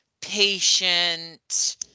patient